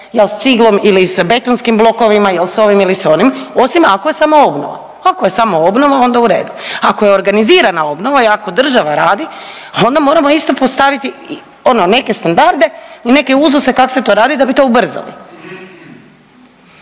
jel s ciglom ili s betonskim blokovima jel s ovim ili s onim osim ako je samoobnova, ako je samoobnova onda u redu, ako je organizirana obnova i ako država radi onda moramo isto postaviti ono neke standarde i neke uzuse kak se to radi da bi to ubrzali.